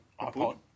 iPod